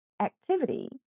activity